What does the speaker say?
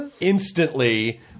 instantly